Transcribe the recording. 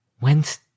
went